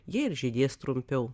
jie ir žydės trumpiau